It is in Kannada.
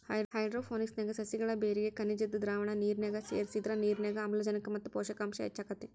ಹೈಡ್ರೋಪೋನಿಕ್ಸ್ ನ್ಯಾಗ ಸಸಿಗಳ ಬೇರಿಗೆ ಖನಿಜದ್ದ ದ್ರಾವಣ ನಿರ್ನ್ಯಾಗ ಸೇರ್ಸಿದ್ರ ನಿರ್ನ್ಯಾಗ ಆಮ್ಲಜನಕ ಮತ್ತ ಪೋಷಕಾಂಶ ಹೆಚ್ಚಾಕೇತಿ